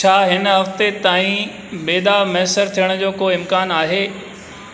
छा हिन हफ़्ते ताईं बेदा मैसर थियण जो को इम्कान आहे